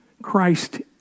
Christ